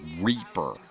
reaper